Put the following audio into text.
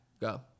Go